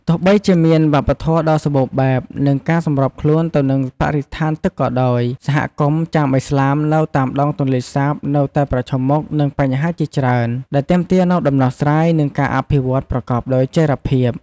ទោះបីជាមានវប្បធម៌ដ៏សម្បូរបែប និងការសម្របខ្លួនទៅនឹងបរិស្ថានទឹកក៏ដោយ សហគមន៍ ចាមឥស្លាម នៅតាមដងទន្លេសាបនៅតែប្រឈមមុខនឹងបញ្ហាជាច្រើន ដែលទាមទារនូវដំណោះស្រាយ និងការអភិវឌ្ឍន៍ប្រកបដោយចីរភាព។